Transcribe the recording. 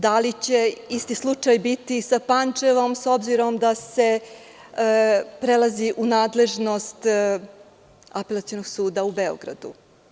Da li će isti slučaj biti sa Pančevom, s obzirom da se prelazi u nadležnost apelacionog suda u Beogradu?